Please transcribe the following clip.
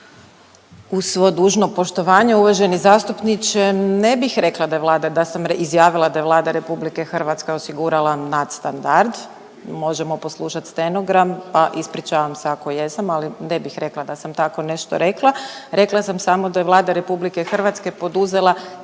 Uz svo dužno poštovanje, uvaženi zastupniče, ne bih rekla da je Vlada, da sam izjavila da je Vlada RH osigurala nadstandard. Možemo poslušati stenogram pa ispričavam se ako jesam, ali ne bih rekla da sam tako nešto rekla. Rekla sam samo da je Vlada RH poduzela